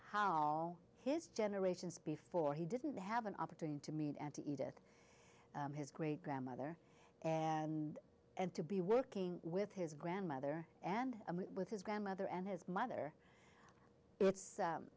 how his generations before he didn't have an opportunity to meet and to eat it his great grandmother and and to be working with his grandmother and with his grandmother and his mother it's